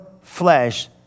flesh